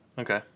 Okay